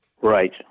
Right